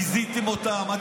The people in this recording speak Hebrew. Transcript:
ביזיתם אותם,